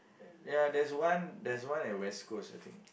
ya there's one there's one at West-Coast also